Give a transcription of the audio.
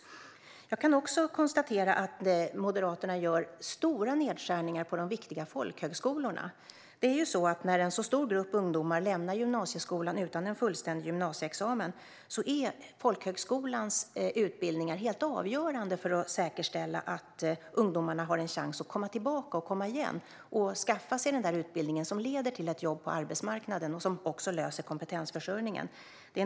Jag kan också konstatera att Moderaterna gör stora nedskärningar på de viktiga folkhögskolorna. När en så här stor grupp ungdomar lämnar gymnasieskolan utan en fullständig gymnasieexamen är folkhögskolans utbildningar helt avgörande för att säkerställa att ungdomarna har en chans att komma tillbaka och komma igen och skaffa sig en utbildning som leder till ett jobb på arbetsmarknaden och som löser kompetensförsörjningen.